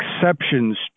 exceptions